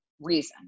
reason